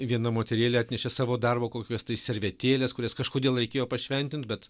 viena moterėlė atnešė savo darbo kokias tai servetėles kurias kažkodėl reikėjo pašventint bet